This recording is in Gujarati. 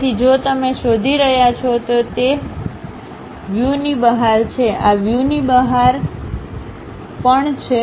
તેથી જો તમે શોધી રહ્યા છો તો તે તે વ્યૂ ની બહાર છે આ વ્યૂ ની બહાર આ વ્યૂ ની બહાર પણ છે